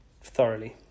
thoroughly